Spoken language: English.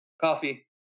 coffee